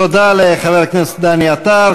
תודה לחבר הכנסת דני עטר.